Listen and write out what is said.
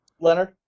Leonard